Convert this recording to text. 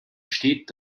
steht